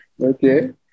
Okay